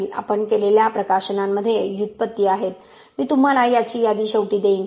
आपण केलेल्या प्रकाशनांमध्ये व्युत्पत्ती आहेत मी तुम्हाला त्याची यादी शेवटी देईन